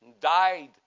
died